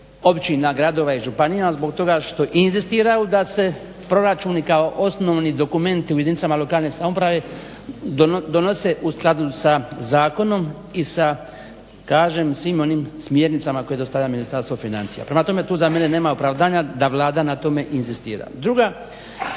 općina, gradova i županija zbog toga da inzistiraju da se proračuni kao osnovni dokumenti u jedinicama lokalne samouprave donose u skladu sa Zakonom i kažem sa svim onim smjernicama koje dostavlja Ministarstvo financija. Prema tome tu za mene nema opravdanja da Vlada na tome inzistira.